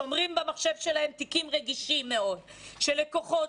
שומרים במחשב שלהם תיקים רגישים מאוד של לקוחות,